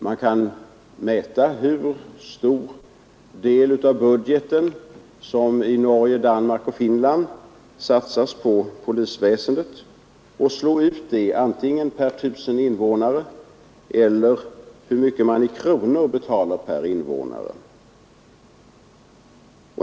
Man kan mäta hur stor del av budgeten som i Norge, Danmark och Finland satsas på polisväsendet och antingen slå ut det per I 000 invånare eller räkna efter hur mycket man i kronor betalar per invånare.